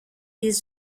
les